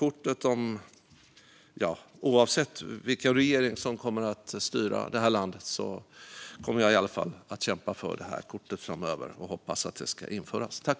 Oavsett vilken regering som kommer att styra det här landet kommer jag i varje fall att kämpa för det här kortet framöver, och jag hoppas att det ska införas.